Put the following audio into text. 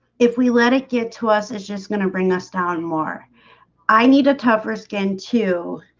if we let it get to us, it's just gonna bring us down more i need a tougher skin to